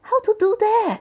how to do that